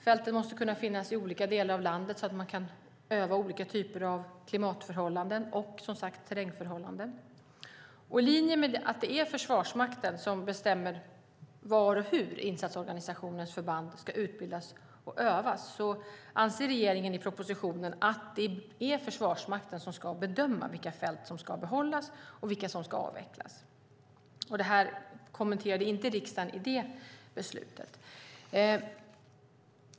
Fälten måste finnas i olika delar av landet så att man öva i olika klimatförhållanden och terrängförhållanden. I linje med att det är Försvarsmakten som bestämmer var och hur insatsorganisationens förband ska utbildas och övas anser regeringen i propositionen att det är Försvarsmakten som ska bedöma vilka fält som ska behållas och vilka som ska avvecklas. Det kommenterade inte riksdagen i det beslutet.